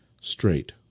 straight